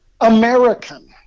American